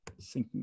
syncing